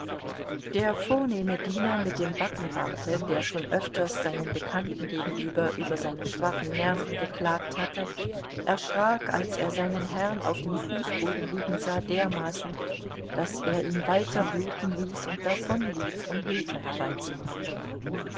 der vornehme diener mit dem backenbarte der schon öfters seinen bekannten gegenüber über seine schwachen nerven geklagt hatte erschrak als er seinen herrn auf dem fußboden liegen sah dermaßen daß er ihn weiterbluten ließ und davonlief um hilfe herbeizuholen